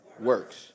works